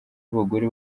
abagore